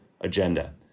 agenda